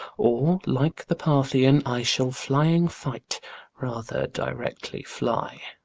or, like the parthian, i shall flying fight rather, directly fly.